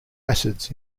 acids